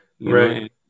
right